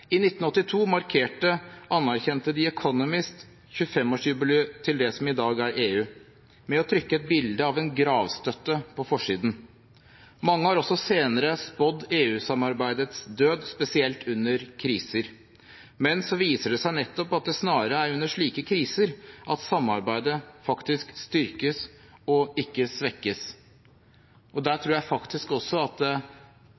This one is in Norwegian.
I 1982 markerte anerkjente The Economist 25-årsjubileet til det som i dag er EU, med å trykke et bilde av en gravstøtte på forsiden. Mange har også senere spådd EU-samarbeidets død, spesielt under kriser, men så viser det seg nettopp at det snarere er under slike kriser at samarbeidet faktisk styrkes og ikke svekkes. Der tror jeg faktisk også at